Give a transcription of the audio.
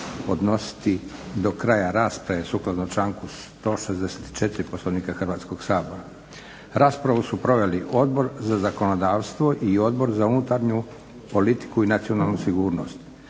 podnositi do kraja rasprave sukladno članku 164. Poslovnika Hrvatskog sabora. Raspravu su proveli Odbor za zakonodavstvo i Odbor za unutarnju politiku i nacionalnu sigurnost.